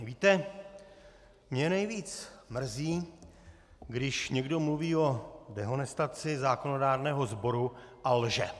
Víte, mě nejvíc mrzí, když někdo mluví o dehonestaci zákonodárného sboru a lže!